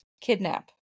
kidnap